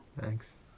Thanks